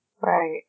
Right